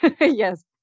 Yes